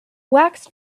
waxed